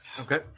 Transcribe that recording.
Okay